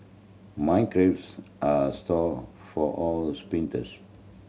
my calves are sore for all sprints